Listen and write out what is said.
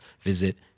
visit